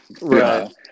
right